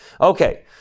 Okay